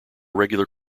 regular